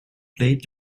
played